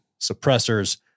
suppressors